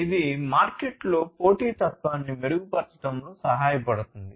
ఇది మార్కెట్లో పోటీతత్వాన్ని మెరుగుపరచడంలో సహాయపడుతుంది